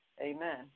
Amen